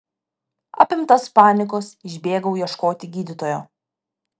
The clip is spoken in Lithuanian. apimtas panikos išbėgau ieškoti gydytojo